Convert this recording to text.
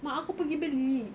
mak aku pergi beli